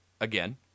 again